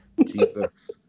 Jesus